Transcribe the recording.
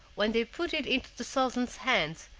when they put it into the sultan's hands,